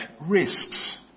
risks